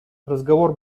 разговор